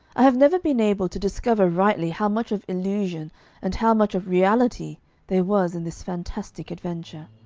i have never been able to discover rightly how much of illusion and how much of reality there was in this fantastic adventure.